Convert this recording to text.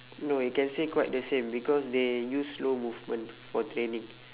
no you can say quite the same because they use slow movement for training